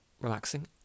relaxing